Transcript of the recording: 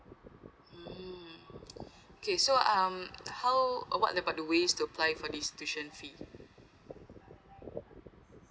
mm okay so um how uh what about the ways to apply for this tuition fee